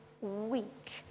week